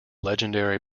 legendary